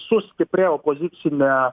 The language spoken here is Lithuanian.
su labai sustiprėję opozicine